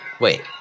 Wait